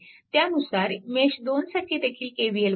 त्यानुसार मेश 2 साठी देखील KVL वापरा